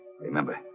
Remember